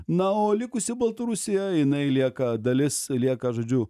na o likusi baltarusija jinai lieka dalis lieka žodžiu